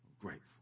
grateful